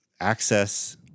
access